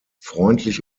freundlich